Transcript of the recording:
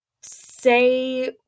say